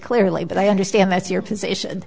clearly but i understand that's your position